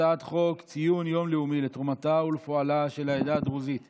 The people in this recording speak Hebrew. הצעת חוק ציון יום לאומי לתרומתה ולפועלה של העדה הדרוזית (תיקון,